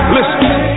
Listen